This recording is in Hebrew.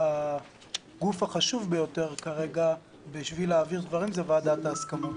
הגוף החשוב ביותר כרגע כדי להעביר דברים זאת ועדת ההסכמות,